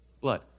Blood